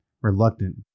reluctant